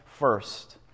first